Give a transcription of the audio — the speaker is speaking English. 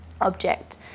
object